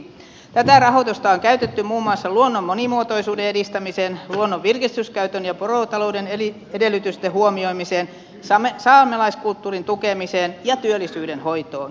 tätä rahoitusta on käytetty muun muassa luonnon monimuotoisuuden edistämiseen luonnon virkistyskäytön ja porotalouden edellytysten huomioimiseen saamelaiskulttuurin tukemiseen ja työllisyyden hoitoon